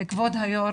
כבוד היו"ר,